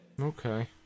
Okay